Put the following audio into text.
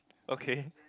okay